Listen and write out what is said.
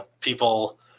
people